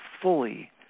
fully